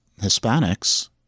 Hispanics